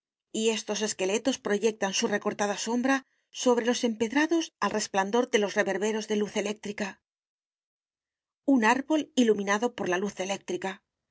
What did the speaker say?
y estos esqueletos proyectan su recortada sombra sobre los empedrados al resplandor de los reverberos de luz eléctrica un árbol iluminado por la luz eléctrica